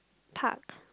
park